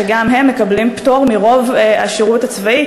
שגם תלמידיהן מקבלים פטור מרוב השירות הצבאי,